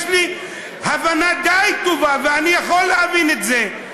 יש לי הבנה די טובה ואני יכול להבין את זה.